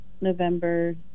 November